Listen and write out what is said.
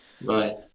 bye